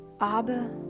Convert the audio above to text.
Abba